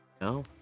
No